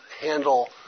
handle